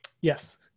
Yes